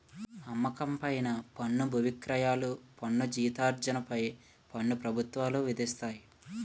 అమ్మకం పైన పన్ను బువిక్రయాల పన్ను జీతార్జన పై పన్ను ప్రభుత్వాలు విధిస్తాయి